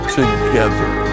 together